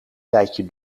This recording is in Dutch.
tijdje